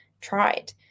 tried